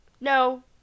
no